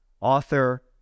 Author